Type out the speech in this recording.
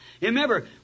Remember